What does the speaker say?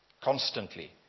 constantly